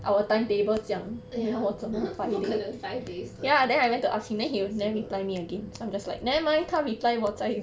!aiya! 不可能 five days 的